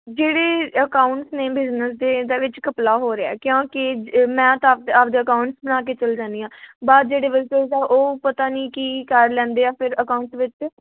ਜਿਹੜੀ ਅਕਾਊਂਟਸ ਨੇ ਬਿਜਨਸ ਦੇ ਇਹਦੇ ਵਿੱਚ ਘਪਲਾ ਹੋ ਰਿਆ ਕਿਉਂਕਿ ਜ ਮੈਂ ਤਾਂ ਮੈਂ ਆਪਣੇ ਆਕਾਊਂਟਸ ਬਣਾ ਕੇ ਚਲੀ ਜਾਂਦੀ ਹਾਂ ਬਾਅਦ ਜਿਹੜੇ ਵਰਕਰਸ ਆ ਉਹ ਪਤਾ ਨਹੀਂ ਕੀ ਕਰ ਲੈਂਦੇ ਆ ਫਿਰ ਅਕਾਊਂਟ ਵਿੱਚ